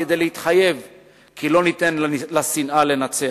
כדי להתחייב כי לא ניתן לשנאה לנצח.